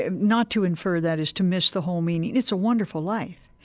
ah not to infer that is to miss the whole meaning. it's a wonderful life.